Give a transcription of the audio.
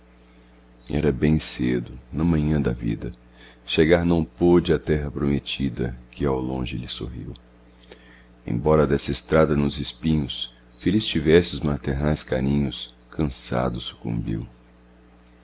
era bem cedo na manhã da vida chegar não pôde à terra prometida que ao longe lhe sorriu embora desta estrada nos espinhos feliz tivesse os maternais carinhos cansado sucumbiu